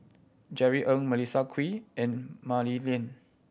Jerry Ng Melissa Kwee and Mah Li Lian